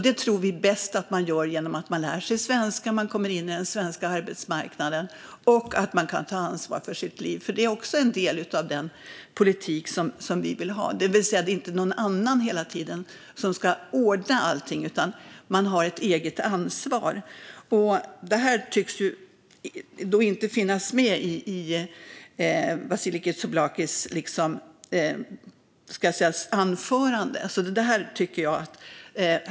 Det tror vi att man bäst gör genom att man lär sig svenska, kommer in på den svenska arbetsmarknaden och kan ta ansvar för sitt liv. Det är också en del av den politik som vi vill ha. Det är inte hela tiden någon annan som ska ordna allting, utan man har ett eget ansvar. Det tycks inte finnas med i Vasiliki Tsouplakis anförande.